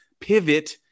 Pivot